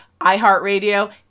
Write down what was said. iHeartRadio